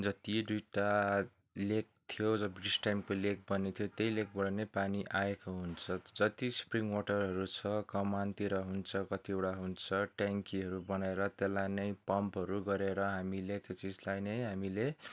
जति दुइटा लेक थियो जब ब्रिटिस टाइमको लेक बनेको थियो त्यही लेकबाट नि पानी आएको हुन्छ जति स्प्रिङ वाटरहरू छ कमानतिर हुन्छ कतिवटा हुन्छ ट्याङ्कीहरू बनाएर त्यसलाई नै पम्पहरू गरेर हामीले त्यो चिजलाई नै हामीले